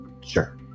Sure